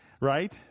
right